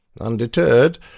Undeterred